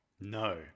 No